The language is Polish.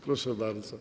Proszę bardzo.